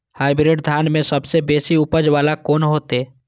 Hybrid धान में सबसे बेसी उपज बाला कोन हेते?